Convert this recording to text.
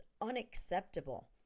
unacceptable